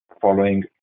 following